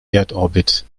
erdorbit